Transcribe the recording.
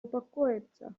упокоится